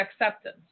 acceptance